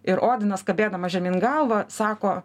ir odinas kabėdamas žemyn galva sako